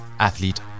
Athlete